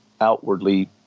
outwardly